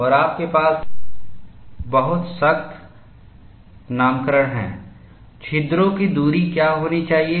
और आपके पास बहुत सख्त नामकरण है छिद्रों की दूरी क्या होनी चाहिए